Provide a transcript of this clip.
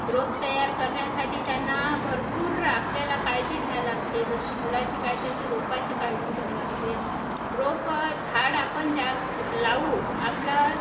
रोप तयार करण्यासाठी त्यांना भरपूर आपल्याला काळजी घ्यायला लागते जसं मुलाची काळजी तशी रोपाची काळजी घ्या लागते रोपं झाड आपण ज्या लावू आपला